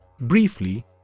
Briefly